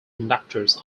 conductors